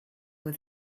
with